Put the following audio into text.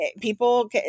people